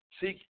seek